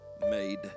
made